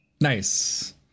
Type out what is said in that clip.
Nice